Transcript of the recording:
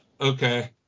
Okay